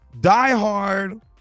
diehard